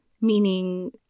meaning